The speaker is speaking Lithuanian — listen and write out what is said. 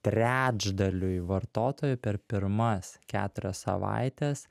trečdaliui vartotojų per pirmas keturias savaites